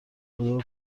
خدابه